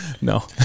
No